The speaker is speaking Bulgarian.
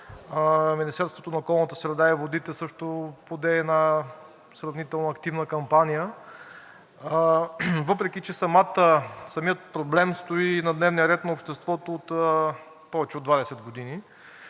Министерството на околната среда и водите също поде една сравнително активна кампания, въпреки че самият проблем стои на дневния ред на обществото от повече от 20 години.